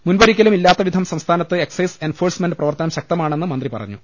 മുൻപൊരിക്കലും ഇല്ലാത്ത വിധം സംസ്ഥാനത്ത് എക്സൈസ് എൻഫോഴ്സ്മെന്റ് പ്രവർത്തനം ശക്തമാണെന്ന് മന്ത്രി പറഞ്ഞു